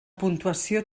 puntuació